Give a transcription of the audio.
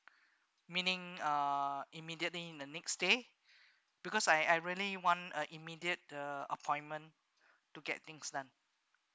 meaning uh immediately in the next day because I I really want a immediate uh appointment to get things done